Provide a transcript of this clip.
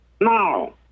No